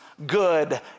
good